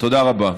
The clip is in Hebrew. תודה רבה.